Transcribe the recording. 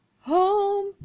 home